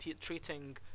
treating